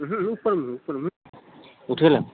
उठे ला